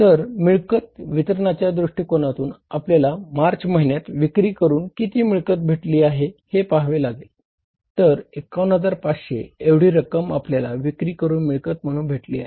तर मिळकत वितरणाच्या दृष्टिकोनातून आपल्याला मार्च महिन्यात विक्री करून किती मिळकत भेटली हे पहावे लागेल तर 51500 एवढी रक्कम आपल्याला विक्री करून मिळकत म्हणून भेटली आहे